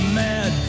mad